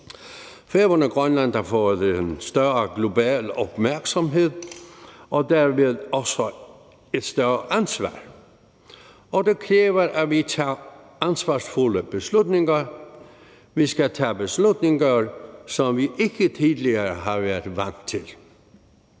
og Grønland har fået en større global opmærksomhed og derved også et større ansvar. Og det kræver, at vi tager ansvarsfulde beslutninger. Vi skal tage beslutninger, som vi ikke tidligere har været vant til.